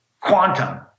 quantum